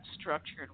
structured